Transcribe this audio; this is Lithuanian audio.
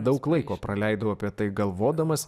daug laiko praleidau apie tai galvodamas